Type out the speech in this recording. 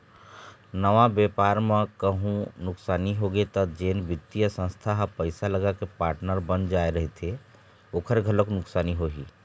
नवा बेपार म कहूँ नुकसानी होगे त जेन बित्तीय संस्था ह पइसा लगाके पार्टनर बन जाय रहिथे ओखर घलोक नुकसानी होही